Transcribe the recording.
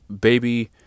baby